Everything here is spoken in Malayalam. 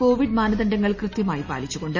കോവിഡ് മാനദണ്ഡങ്ങൾ നടപടി കൃത്യമായി പാലിച്ചുകൊണ്ട്